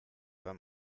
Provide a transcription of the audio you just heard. wenn